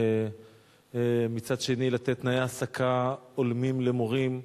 מצד שני לתת תנאי העסקה הולמים למורים.